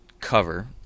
cover